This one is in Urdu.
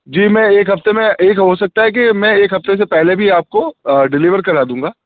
جی میں ایک ہفتے میں ایک ہو سکتا ہے کہ میں ایک ہفتے سے پہلے بھی آپ کو ڈلیور کرا دوں گا